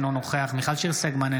אינו נוכח מיכל שיר סגמן,